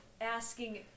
Asking